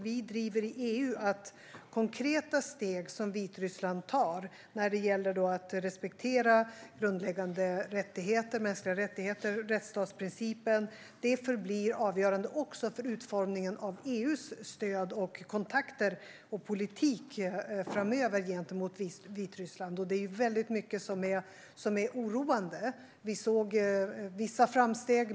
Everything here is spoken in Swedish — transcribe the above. Vi driver i EU att de konkreta steg som Vitryssland tar för att respektera grundläggande mänskliga rättigheter och rättsstatsprincipen blir avgörande också för utformningen av EU:s stöd, kontakter och politik framöver gentemot Vitryssland. Det är väldigt mycket som är oroande där. Det har gjorts vissa framsteg.